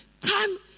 time